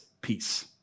peace